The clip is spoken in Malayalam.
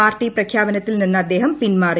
പാർട്ടി പ്രഖ്യാപനത്തിൽ നിന്ന് അദ്ദേഹം പിന്മാറി